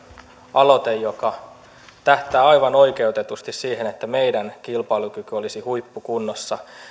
aloite joka tähtää aivan oikeutetusti siihen että meidän kilpailukykymme olisi huippukunnossa